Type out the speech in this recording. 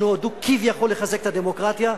שנועדו כביכול לחזק את הדמוקרטיה.